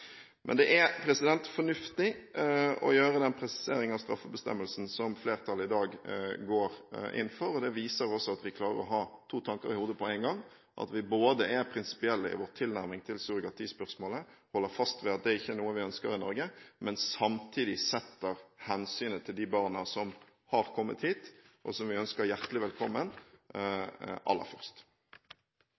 Men det er fornuftig å gjøre den presiseringen av straffebestemmelsen som flertallet i dag går inn for. Det viser også at vi klarer å ha to tanker i hodet på én gang – at vi både er prinsipielle i vår tilnærming til surrogatispørsmålet og holder fast ved at det ikke er noe ønsker i Norge, og samtidig setter hensynet til de barna som har kommet hit, som vi ønsker hjertelig velkommen, aller først.